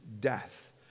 death